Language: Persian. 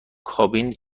کابین